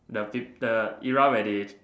the peop~ the era where they